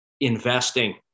Investing